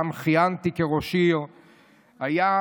שם כיהנתי כראש עיר,